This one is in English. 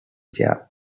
chair